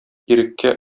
иреккә